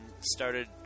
started